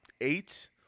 eight